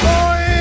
Boy